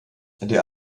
der